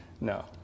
No